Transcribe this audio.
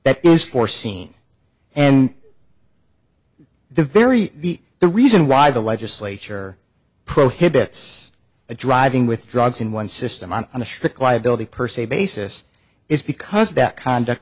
that is foreseen and the very the the reason why the legislature prohibits driving with drugs in one system and on a strict liability per se basis is because that conduct